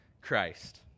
Christ